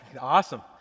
awesome